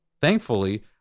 thankfully